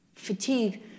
fatigue